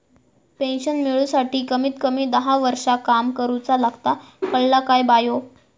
Pension मिळूसाठी कमीत कमी दहा वर्षां काम करुचा लागता, कळला काय बायो?